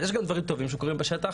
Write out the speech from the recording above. אז יש גם דברים טובים שקורים בשטח,